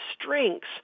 strengths